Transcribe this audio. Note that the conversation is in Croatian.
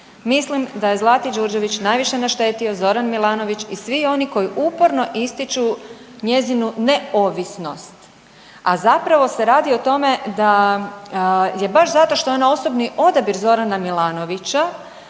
Mislim da je Zlati Đurđević najviše naštetio Zoran Milanović i svi oni koji upornu ističu njezinu neovisnost, a zapravo se radi o tome da je baš zato što je ona osobni odabir Zorana Milanovića